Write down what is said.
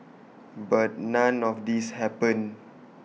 but none of this happened